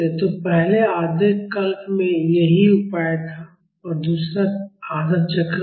तो पहले आधे कल्प में यही उपाय था यह दूसरा आधा चक्र है